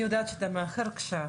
אני יודעת שאתה מאחר, בבקשה.